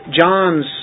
John's